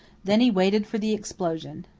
then he waited for the explosion.